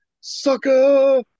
sucker